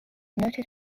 noted